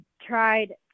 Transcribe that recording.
tried